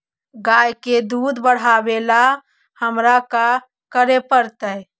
गाय के दुध बढ़ावेला हमरा का करे पड़तई?